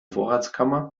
vorratskammer